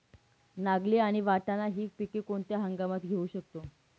नागली आणि वाटाणा हि पिके कोणत्या हंगामात घेऊ शकतो?